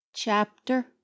Chapter